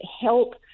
help